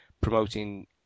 promoting